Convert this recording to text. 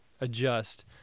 adjust